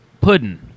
pudding